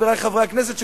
חברי חברי הכנסת,